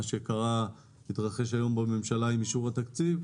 שזה מה שהתרחש היום בממשלה עם אישור התקציב,